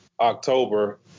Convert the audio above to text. October